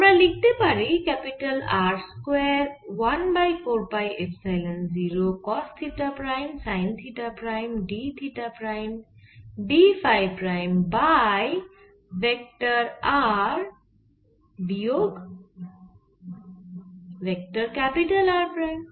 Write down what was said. আমরা লিখতে পারি R square one by 4 pi epsilon 0 cos theta prime sine theta prime d theta prime d phi prime by vector r বিয়োগ vector R prime